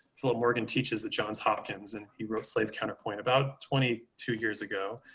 philip morgan teaches at johns hopkins and he wrote slave counterpoint about twenty two years ago,